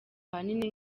ahanini